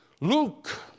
Luke